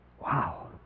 Wow